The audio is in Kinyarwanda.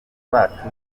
bacu